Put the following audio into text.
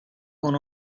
con